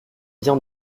bien